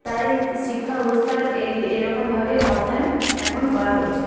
তাই শিক্ষা ব্যবস্থার এই এইরকমভাবেই অর্থায়ন এখন করা হচ্ছে